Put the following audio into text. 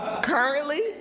currently